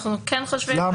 אנחנו כן חושבים,